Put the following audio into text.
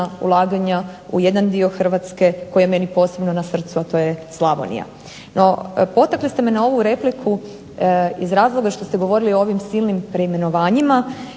ulaganja u jedan dio Hrvatske koji je meni posebno na srcu, a to je Slavonija. No, potakli ste me na ovu repliku iz razloga što ste govorili o ovim silnim preimenovanjima